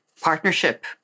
partnership